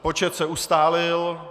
Počet se ustálil.